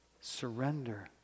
Surrender